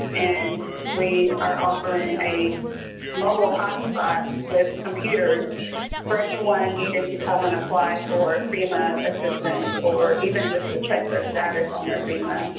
and we are offering a mobile hot spot with computers for anyone needing to come and apply for fema assistance or even just to check their status on their fema.